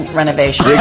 renovation